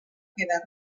queda